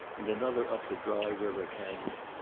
and another up the dry river canyon,